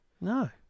No